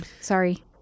sorry